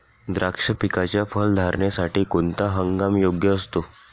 द्राक्ष पिकाच्या फलधारणेसाठी कोणता हंगाम योग्य असतो?